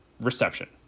reception